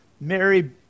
Mary